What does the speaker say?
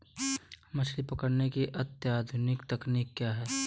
मछली पकड़ने की अत्याधुनिक तकनीकी क्या है?